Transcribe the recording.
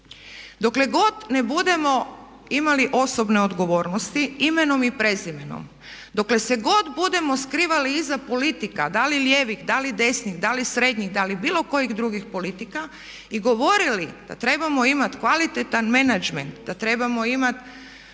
Dokle god ne budemo imali osobne odgovornosti imenom i prezimenom, dokle se god budemo skrivali iza politika da li lijevih, da li desnih, da li srednjih, da li bilo kojih drugih politika i govorili da trebamo imati kvalitetan menadžment, da trebamo imati